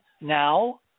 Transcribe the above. now